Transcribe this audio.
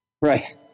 Right